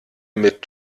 mit